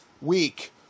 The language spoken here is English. week